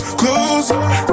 closer